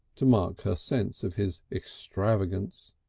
to mark her sense of his extravagance.